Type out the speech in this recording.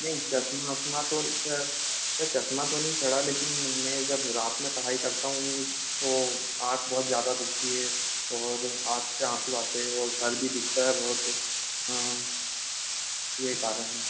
नहीं चश्मा ओस्मा तो सर सर चश्मा तो नहीं चढ़ा लेकिन मैं जब रात में पढ़ाई करता हूँ तो आँख बहुत ज़्यादा दुखती है और आँख से आँसू आते है और सिर भी दुखता है बहुत हाँ यह कारण है